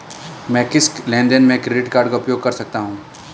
मैं किस लेनदेन में क्रेडिट कार्ड का उपयोग कर सकता हूं?